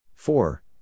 Four